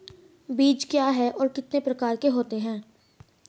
बीज क्या है और कितने प्रकार के होते हैं?